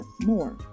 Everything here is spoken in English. more